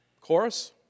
chorus